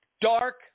dark